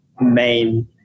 main